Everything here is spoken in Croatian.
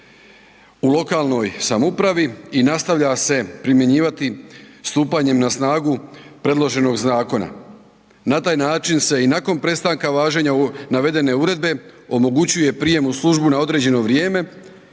u lokalnoj samoupravi i nastavlja se primjenjivati stupanjem na snagu predloženog zakona. Na taj način se i nakon prestanka važenja navedene uredbe omogućuje prijem u službu na određeno vrijeme